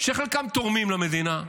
חלקם תורמים למדינה,